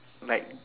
like